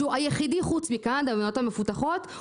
שהוא היחידי חוץ מקנדה במדינות המפותחות,